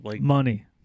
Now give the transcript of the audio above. Money